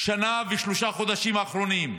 בשנה ושלושה חודשים האחרונים,